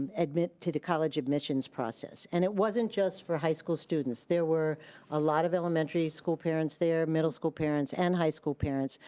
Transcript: and to the college admissions process, and it wasn't just for high school students, there were a lot of elementary school parents there, middle school parents, and high school parents.